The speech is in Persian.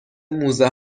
موزه